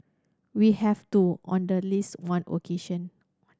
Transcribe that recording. we have too on the least one occasion